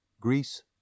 Greece